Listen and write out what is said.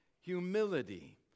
humility